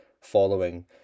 following